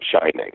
Shining